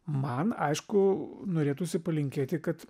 man aišku norėtųsi palinkėti kad